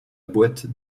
boîte